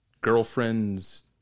girlfriend's